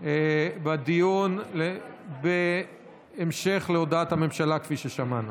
בדיון בהמשך להודעת הממשלה כפי ששמענו.